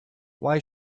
why